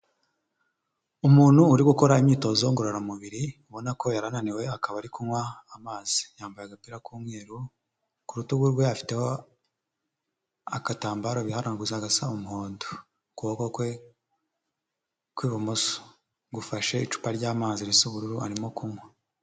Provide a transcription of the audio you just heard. Umuntu uri gukora imyitozo ngororamubiri ubona ko yari ananiwe, akaba ari kunywa amazi, yambaye agapira k'umweru ku rutugu rwe afite agatambaro bihananguza gasa umuhondo, ukuboko kwe kw'ibumoso gufashe icupa ry'amazi risa ubururu arimo kunywa.